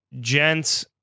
Gents